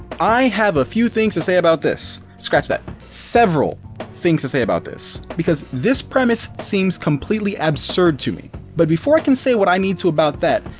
i have a few things to say about this. scratch that, several, things to say about this, because this premise seems completely absurd to me. but, before i can say what i need to about that,